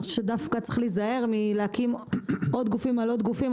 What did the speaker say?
חושבת שדווקא צריך להזהר מלהקים עוד גופים על עוד גופים,